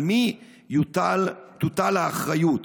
על מי תוטל האחריות.